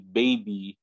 baby